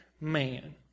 man